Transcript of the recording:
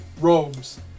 robes